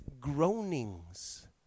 groanings